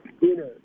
dinner